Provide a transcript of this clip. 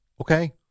Okay